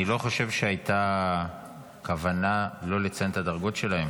אני לא חושב שהייתה כוונה לא לציין את הדרגות שלהן.